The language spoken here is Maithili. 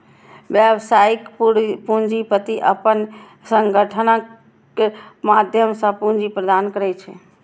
व्यावसायिक पूंजीपति अपन संगठनक माध्यम सं पूंजी प्रदान करै छै